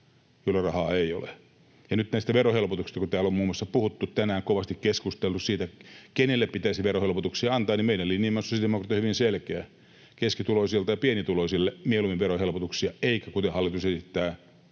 joilla rahaa ei ole. Ja nyt kun näistä verohelpotuksista täällä on muun muassa puhuttu tänään, kovasti keskusteltu siitä, kenelle pitäisi verohelpotuksia antaa, niin meidän sosiaalidemokraattien linja olisi selkeä: keskituloisille ja pienituloisille mieluimmin verohelpotuksia eikä, kuten hallitus esittää,